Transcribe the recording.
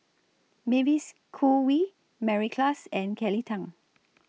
Mavis Khoo Oei Mary Klass and Kelly Tang